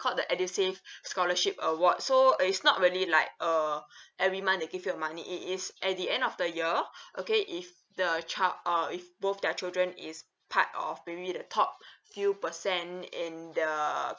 called the edusave scholarship award so it's not really like uh every month it give you money it is at the end of the year okay if the child or if both their children is part of maybe the top few percent in the